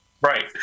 right